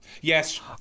Yes